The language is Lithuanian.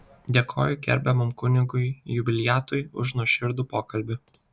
dėkoju gerbiamam kunigui jubiliatui už nuoširdų pokalbį